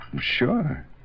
Sure